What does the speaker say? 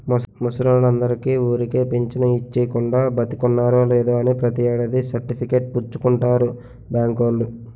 ముసలోల్లందరికీ ఊరికే పెంచను ఇచ్చీకుండా, బతికున్నారో లేదో అని ప్రతి ఏడాది సర్టిఫికేట్ పుచ్చుకుంటారు బాంకోల్లు